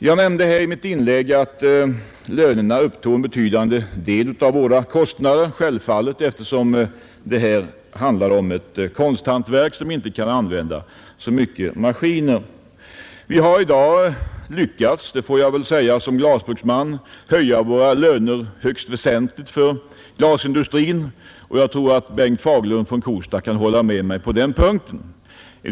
Jag nämnde i mitt tidigare inlägg att lönerna självfallet upptar en betydande del av våra kostnader, eftersom det här handlar om ett konsthantverk, som inte kan använda så många maskiner. Vi har i dag lyckats — det får jag väl säga såsom glasbruksman — att höja lönerna högst väsentligt inom glasindustrin. Jag tror att Bengt Fagerlund från Kosta kan hålla med mig på den punkten.